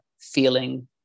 feeling